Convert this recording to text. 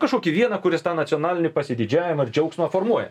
kažkokį vieną kuris tą nacionalinį pasididžiavimą ir džiaugsmą formuoja